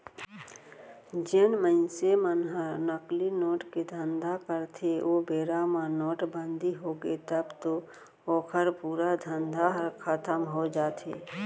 जेन मनसे मन ह नकली नोट के धंधा करथे ओ बेरा म नोटबंदी होगे तब तो ओखर पूरा धंधा ह खतम हो जाथे